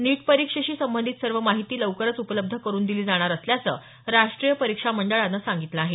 नीट परिक्षेशी संबंधित सर्व माहिती लवकरच उपलब्ध करुन दिली जाणार असल्याचं राष्ट्रीय परिक्षा मंडळानं सांगितलं आहे